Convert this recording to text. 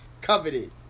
Coveted